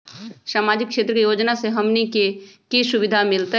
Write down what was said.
सामाजिक क्षेत्र के योजना से हमनी के की सुविधा मिलतै?